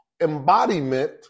embodiment